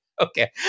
Okay